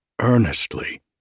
earnestly